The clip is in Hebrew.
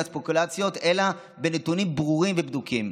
ספקולציות אלא בנתונים ברורים ובדוקים.